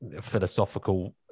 philosophical